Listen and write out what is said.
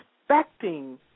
expecting